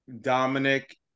Dominic